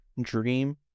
dream